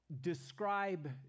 describe